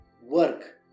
work